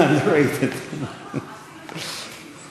אני מתכבד להזמין את